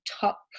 top